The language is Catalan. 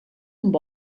amb